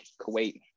Kuwait